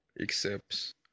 accepts